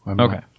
okay